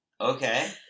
Okay